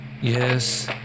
Yes